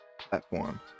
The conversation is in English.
platform